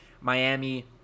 Miami